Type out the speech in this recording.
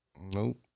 Nope